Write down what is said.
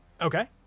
Okay